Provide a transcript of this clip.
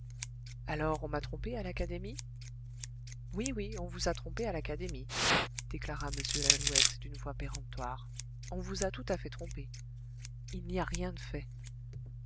alors on m'a trompé à l'académie oui oui on vous a trompé à l'académie déclara m lalouette d'une voix péremptoire on vous a tout à fait trompé il n'y a rien de fait